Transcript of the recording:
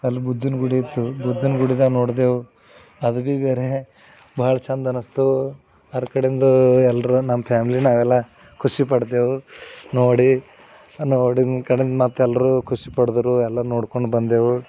ಅಲ್ಲಿ ಬುದ್ಧನ ಗುಡಿ ಇತ್ತು ಬುದ್ಧನ ಗುಡಿದಾಗ ನೋಡಿದೆವು ಅದು ಭೀ ಬೇರೆ ಭಾಳ ಚೆಂದ ಅನ್ನಿಸ್ತು ಅದರ ಕಡೆಂದು ಎಲ್ಲರೂ ನಮ್ಮ ಫ್ಯಾಮ್ಲಿ ನಾವೆಲ್ಲ ಖುಷಿಪಡ್ದೆವು ನೋಡಿ ನೋಡಿದ್ದ ಕಡೆಂದ ಮತ್ತೆ ಎಲ್ಲರೂ ಖುಷಿಪಟ್ಟರು ಎಲ್ಲ ನೋಡ್ಕೊಂಡು ಬಂದೆವು